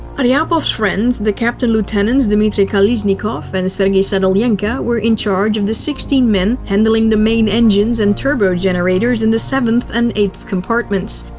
aryapov's friends, the captain-lieutenants dimitri kolesnikov but and sergey sadilenko were in charge of the sixteen men handling the main engines and turbogenerators in the seventh and eighth compartments.